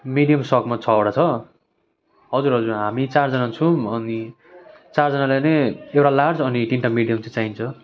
medium स्टकमा छवटा छ हजुर हजुर हामी चारजाना छौँ अनि चारजानाले नै एउटा लार्ज अनि तिनवटा मिडियम चाहिँ चाहिन्छ